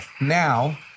now